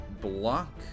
block